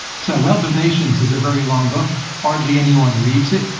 so wealth of nations is a very long book. hardly anyone reads it,